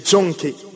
Junkie